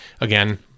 again